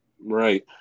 Right